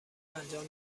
انجام